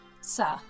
Sir